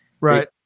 right